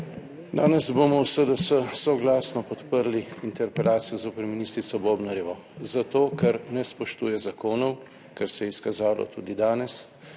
Danes bomo v SDS soglasno podprli interpelacijo zoper ministrico Bobnarjevo, zato ker ne spoštuje zakonov, kar se je izkazalo tudi danes,